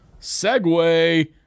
Segway